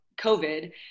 COVID